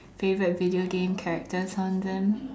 favorite video game characters on them